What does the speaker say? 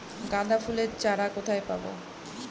গাঁদা ফুলের চারা কোথায় পাবো?